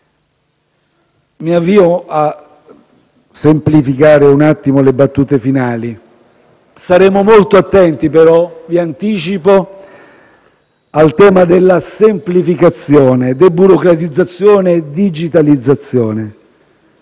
Mi avvio a semplificare un attimo le battute finali. Saremo molto attenti però - vi anticipo - al tema della semplificazione, deburocratizzazione e digitalizzazione.